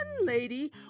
lady